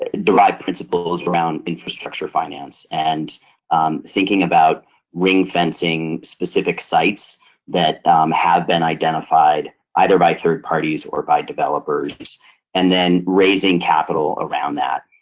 derive principles around infrastructure finance and thinking about ring fencing specific sites that have been identified either by third parties or by developers and then raising capital around that,